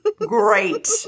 Great